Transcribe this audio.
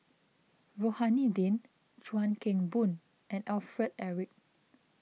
Rohani Din Chuan Keng Boon and Alfred Eric